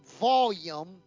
volume